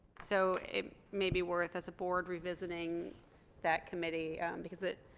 so it may be worth as a forward revisiting that committee because it